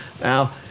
Now